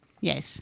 Yes